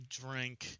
drink